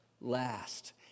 Last